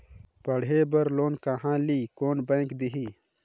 पढ़े बर लोन कहा ली? कोन बैंक देही?